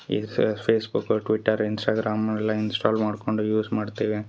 ಈಗ ಸ್ವೆ Facebook Twitter Instagram ಎಲ್ಲ ಇನ್ಸ್ಟಾಲ್ ಮಾಡ್ಕೊಂಡು ಯೂಸ್ ಮಾಡ್ತೀವಿ